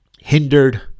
Hindered